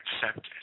accepted